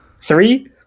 three